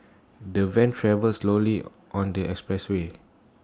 the van travelled slowly on the expressway